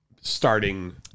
starting